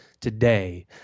today